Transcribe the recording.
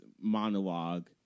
monologue